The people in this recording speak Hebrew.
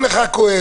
למה רק שתי דקות?